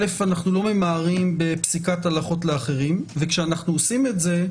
אנחנו לא ממהרים בפסיקת הלכות לאחרים וכשאנחנו עושים את זה,